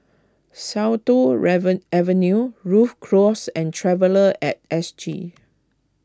Sian Tuan Avenue Rhu Cross and Traveller at S G